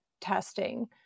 testing